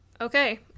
Okay